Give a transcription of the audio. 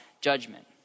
judgment